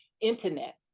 internet